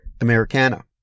Americana